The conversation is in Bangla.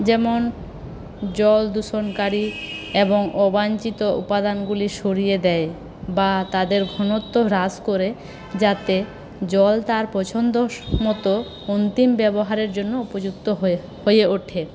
যেমন জল দূষণকারী এবং অবাঞ্চিত উপাদানগুলি সরিয়ে দেয় বা তাদের ঘনত্ব হ্রাস করে যাতে জল তার পছন্দ মতো অন্তিম ব্যবহারের জন্য উপযুক্ত হয়ে ওঠে